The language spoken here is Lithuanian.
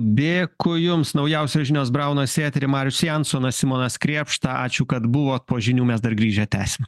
dėkui jums naujausios žinios braunas į eterį marius jansonas simonas krėpšta ačiū kad buvot po žinių mes dar grįžę tęsim